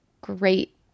great